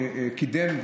שקידם,